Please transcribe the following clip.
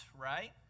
right